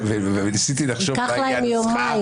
ניסיתי לחשוב מהי הנוסחה -- ייקח להם יומיים,